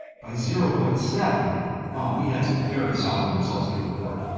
by zero point seven we had some very solid results to report